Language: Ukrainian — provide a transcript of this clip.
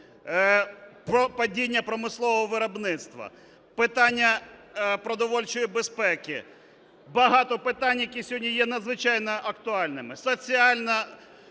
падіння промислового виробництва, питання продовольчої безпеки – багато питань, які сьогодні є надзвичайно актуальними